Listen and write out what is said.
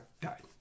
died